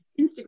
Instagram